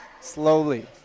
slowly